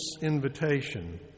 invitation